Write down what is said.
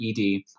ED